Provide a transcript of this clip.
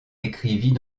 écrivit